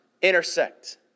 intersect